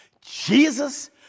Jesus